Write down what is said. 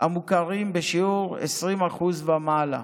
המוכרים בשיעור 20% ומעלה.